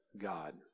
God